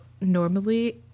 normally